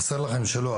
חסר לכם שלא,